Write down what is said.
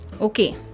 Okay